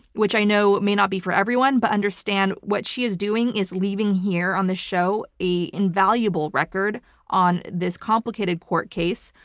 which i know it may not be for everyone, but understand what she is doing is leaving here on the show an invaluable record on this complicated court case,